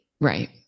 Right